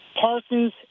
Parsons